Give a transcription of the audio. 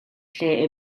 lle